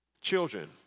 children